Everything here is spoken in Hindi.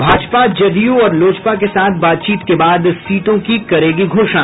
भाजपा जदयू और लोजपा के साथ बातचीत के बाद सीटों की करेगी घोषणा